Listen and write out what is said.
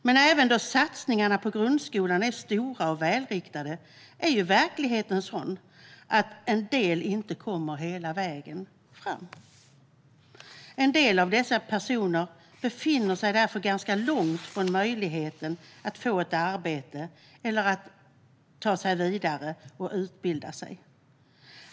Men även då satsningarna på grundskolan är stora och välriktade är verkligheten sådan att en del inte kommer hela vägen fram. En del av dessa personer befinner sig därför ganska långt från möjligheten att få ett arbete eller att ta sig vidare och utbilda sig.